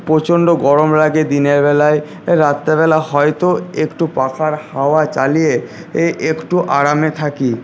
প্রচণ্ড গরম লাগে দিনের বেলায় রাত্রেবেলা হয়তো একটু পাখার হাওয়া চালিয়ে এ একটু আরামে থাকি